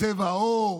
צבע עור